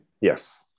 Yes